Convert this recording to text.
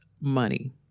money